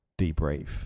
debrief